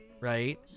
right